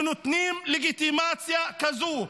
שנותנים לגיטימציה כזו.